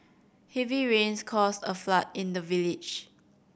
heavy rains caused a flood in the village